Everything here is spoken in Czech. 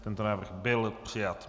Tento návrh byl přijat.